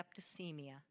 septicemia